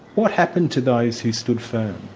what happened to those who stood firm?